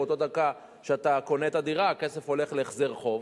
באותה דקה שאתה קונה את הדירה הכסף הולך להחזר חוב.